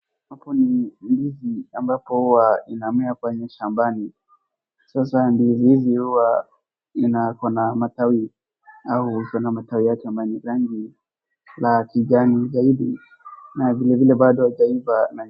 Hapo ni ndizi ambapo huwa inamea kwenye shambani. Sasa ndizi hizi huwa ina iko na matawi au iko na matawi yake ambayo ni rangi la kijani zaidi na vile vile bado haijaiva na.